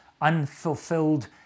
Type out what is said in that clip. unfulfilled